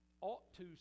ought-to